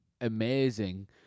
amazing